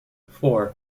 four